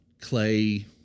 clay